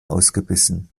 ausgebissen